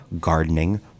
gardening